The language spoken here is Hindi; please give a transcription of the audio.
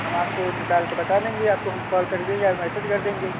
हम आपको निकाल के बता देंगे आपको हम कॉल कर दें या मैसेज कर देंगे